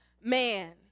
man